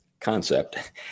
concept